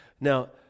Now